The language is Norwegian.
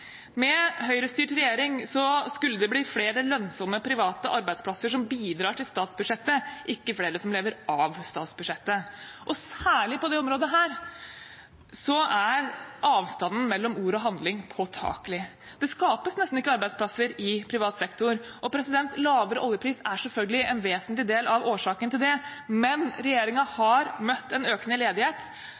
Med Høyre-styrt regjering skulle det bli flere lønnsomme private arbeidsplasser som bidrar til statsbudsjettet, ikke flere som lever av statsbudsjettet. Særlig på dette området er avstanden mellom ord og handling påtakelig. Det skapes nesten ikke arbeidsplasser i privat sektor. Lavere oljepris er selvfølgelig en vesentlig del av årsaken til det, men regjeringen har møtt en økende ledighet